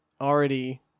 already